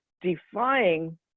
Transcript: defying